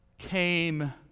came